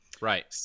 Right